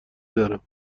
دارم